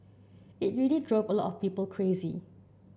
it really drove a lot of people crazy